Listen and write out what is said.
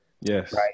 yes